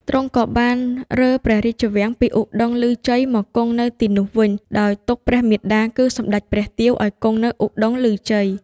ទ្រង់ក៏បានរើព្រះរាជវាំងពីឧត្តុង្គឮជ័យមកគង់នៅទីនោះវិញ ដោយទុកព្រះមាតាគឺ សម្តេចព្រះទាវ ឲ្យគង់នៅឧត្តុង្គឮជ័យ។